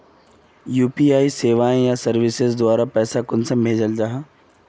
UPI सेवाएँ या services द्वारा पैसा कुंसम भेजाल जाहा?